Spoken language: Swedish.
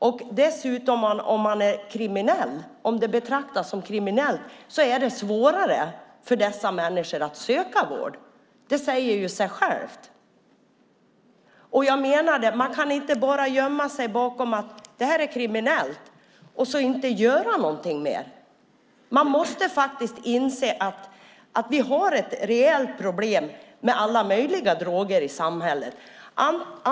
Om missbruk dessutom betraktas som kriminellt är det svårare för dessa människor att söka vård. Det säger sig självt. Man kan inte bara gömma sig bakom att det här är kriminellt och sedan inte göra någonting. Man måste inse att vi har ett reellt problem med alla möjliga droger i samhället.